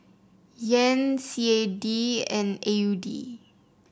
Yen C A D and A U D